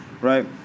right